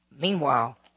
meanwhile